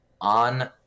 on